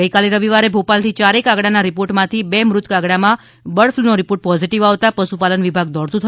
ગઇકાલે રવિવારે ભોપાલથી ચારેય કાગડાના રિપોર્ટ માં બે મૃત કાગડામાં બર્ડફ્લૂનો રિપોર્ટ પોઝિટિવ આવતા જ પશુપાલન વિભાગ દોડતું થઇ ગયું છે